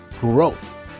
growth